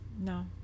No